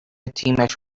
تیمش